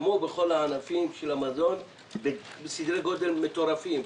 כמו בכל ענפי המזון, בסדרי גודל מטורפים.